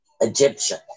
Egyptian